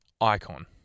icon